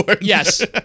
Yes